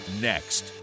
Next